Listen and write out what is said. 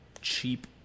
cheap